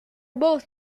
both